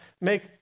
make